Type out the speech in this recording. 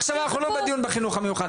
עכשיו אנחנו לא בדיון של החינוך המיוחד,